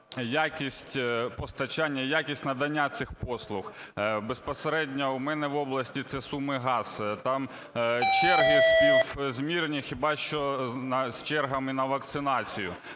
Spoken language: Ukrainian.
якість постачання, якість надання цих послуг. Безпосередньо в мене в області це Сумигаз, там черги співмірні хіба що з чергами на вакцинацію: